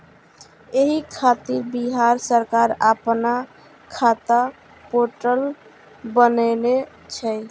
एहि खातिर बिहार सरकार अपना खाता पोर्टल बनेने छै